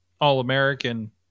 All-American